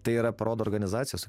tai yra parodo organizacijos